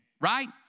Right